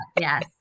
Yes